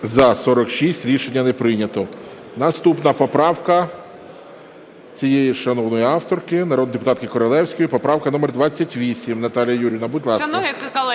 За-46 Рішення не прийнято. Наступна поправка цієї ж шановної авторки, народної депутатки Королевської, поправка номер 28. Наталія Юріївна, будь ласка.